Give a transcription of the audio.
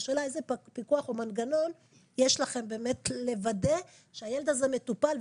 השאלה איזה פיקוח או מנגנון יש לכם באמת לוודא שהילד הזה מטופל,